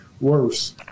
worse